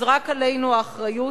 אז רק עלינו האחריות,